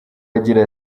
agira